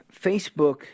Facebook